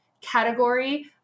category